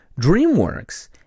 DreamWorks